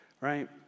Right